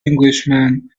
englishman